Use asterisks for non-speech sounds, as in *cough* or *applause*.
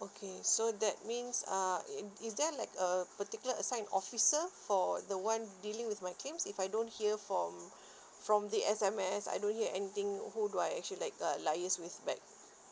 okay so that means uh i~ is there like a particular assign officer for the one dealing with my claims if I don't hear from *breath* from the S_M_S I don't hear anything who do I actually like uh liaise with back